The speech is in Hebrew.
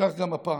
כך גם הפעם,